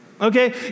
okay